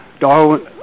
Darwin